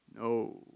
No